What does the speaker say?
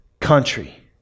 country